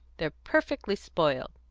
they're perfectly spoiled.